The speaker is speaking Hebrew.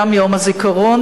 גם יום העצמאות.